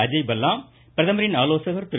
அஜய் பல்லா பிரதமரின் ஆலோசகர் திரு